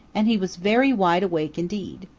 and he was very wide awake indeed.